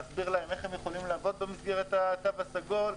להסביר להם איך הם יכולים לעבוד במסגרת התו הסגול.